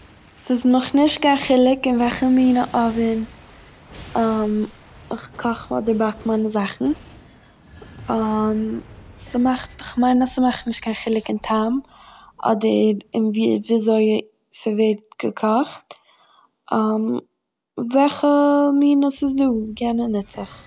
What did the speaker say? ס'איז מיך נישט קיין חילוק אין וועלכע מינע אווען איך קאך אדער באק מיינע זאכן, ס'מאכט- כ'מיין אז ס'מאכט נישט קיין חילוק אין טעם אדער אין ווי- ווי אזוי ס'ווערט געקאכט, וועלכע מינע ס'איז דא יענע נוץ איך.